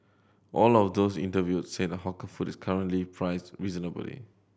all of those interviewed said the hawker food is currently priced reasonably